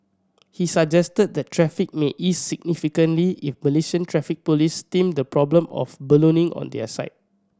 he suggested that traffic may ease significantly if Malaysian Traffic Police stemmed the problem of ballooning on their side